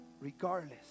regardless